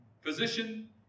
Physician